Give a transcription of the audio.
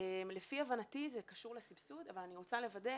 לפי הבנתי זה קשור לסבסוד, אבל אני רוצה לוודא.